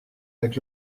avec